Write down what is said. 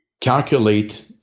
calculate